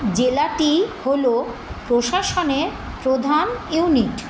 জেলাটি হলো প্রশাসনের প্রধান ইউনিট